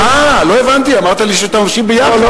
אה, לא הבנתי, אמרת לי שאתה משיב ביחד.